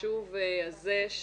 החשוב הזה,